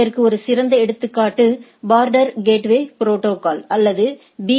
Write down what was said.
இதற்கு ஒரு சிறந்த எடுத்துக்காட்டு பார்டர் கேட்வே ப்ரோடோகால் அல்லது பி